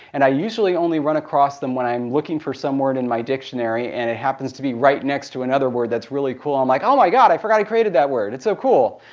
and i usually only run across them when i'm looking for some word in my dictionary and it happens to be right next to another word that's really cool, i'm like, oh my god, i forgot i created that word! it's so cool!